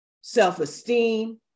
self-esteem